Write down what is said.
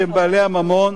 של בעלי הממון,